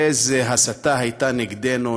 איזו הסתה הייתה נגדנו,